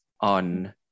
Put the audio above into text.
on